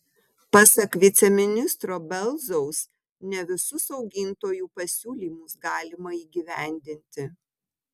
pasak viceministro belzaus ne visus augintojų pasiūlymus galima įgyvendinti